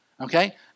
okay